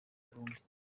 burundi